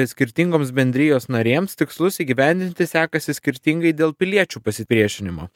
skirtingoms bendrijos narėms tikslus įgyvendinti sekasi skirtingai dėl piliečių pasipriešinimo